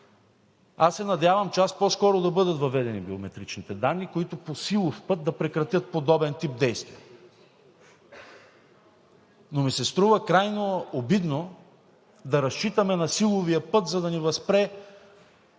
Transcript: Аз се надявам час по-скоро да бъдат въведени биометричните данни, които по силов път да прекратят подобен тип действия, но ми се струва крайно обидно да разчитаме на силовия подход, за да ни възпре